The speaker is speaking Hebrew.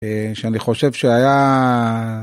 שאני חושב שהיה...